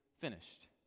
finished